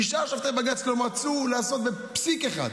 תשעה שופטי בג"ץ לא מצאו לעשות בפסיק אחד,